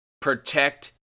protect